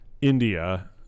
India